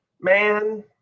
Man